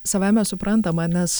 savaime suprantama nes